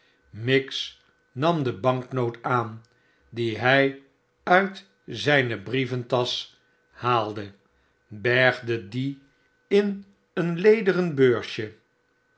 miggs nam de banknoot aan die hij uit zijne brieventasch haalde bergde die in een lederen beursje